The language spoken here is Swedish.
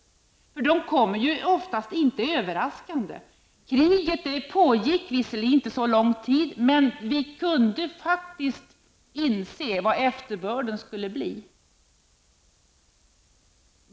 De kommer ju oftast inte överraskande. Kriget pågick visserligen inte så lång tid, men vi kunde faktiskt inse vad efterbörden skulle bli.